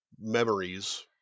memories